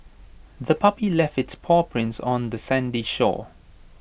the puppy left its paw prints on the sandy shore